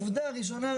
העובדה הראשונה,